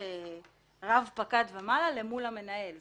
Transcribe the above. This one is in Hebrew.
רב-פקד ומעלה מול המנהל.